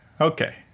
Okay